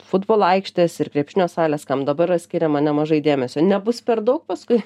futbolo aikštės ir krepšinio salės kam dabar yra skiriama nemažai dėmesio nebus per daug paskui